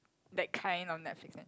that kind of netflix and